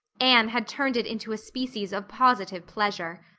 anne had turned it into a species of positive pleasure.